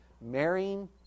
marrying